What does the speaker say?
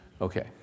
Okay